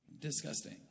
disgusting